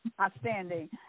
Outstanding